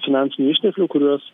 finansinių išteklių kuriuos